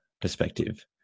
perspective